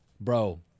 bro